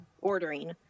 ordering